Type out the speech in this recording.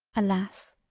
alas!